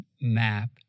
map